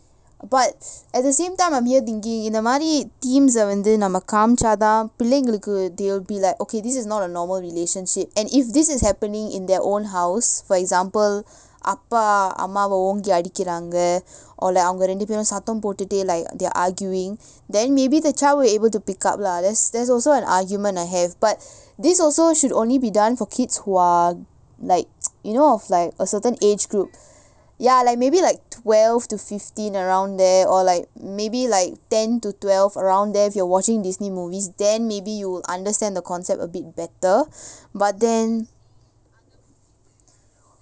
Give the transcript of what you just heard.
but at the same time I'm here thinking இந்த மாதிரி:intha maathiri teenagers ah வந்து நம்ம காமிச்சாதான் பிள்ளைங்களுக்கு:vanthu namma kaamichchathaan pillaingalukku they'll be like okay this is not a normal relationship and if this is happening in their own house for example அப்பா அம்மாவ ஓங்கி அடிக்கிறாங்க:appa ammavae oongi adikiraanga or like அவங்க ரெண்டு பேரும் சத்தம் போட்டுட்டு:avanga rendu perum saththam potuttu like they're arguing then maybe the child will able to pick up lah that's that's also an argument I have but this also should only be done for kids who are like you know of like a certain age group ya like maybe like twelve to fifteen around there or like maybe like ten to twelve around there if you are watching Disney movies then maybe you'll understand the concept a bit better but then